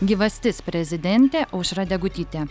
gyvastis prezidentė aušra degutytė